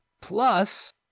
Plus